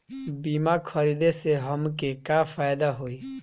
बीमा खरीदे से हमके का फायदा होई?